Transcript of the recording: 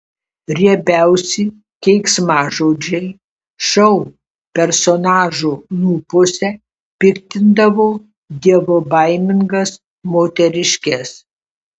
riebiausi keiksmažodžiai šou personažų lūpose piktindavo dievobaimingas moteriškes